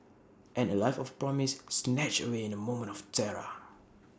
and A life of promise snatched away in A moment of terror